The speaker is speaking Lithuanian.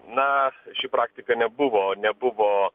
na ši praktika nebuvo nebuvo